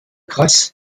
grass